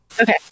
Okay